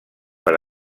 per